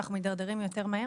שאנחנו מידרדרים יותר מהר?